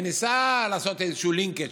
וניסה לעשות איזה linkage,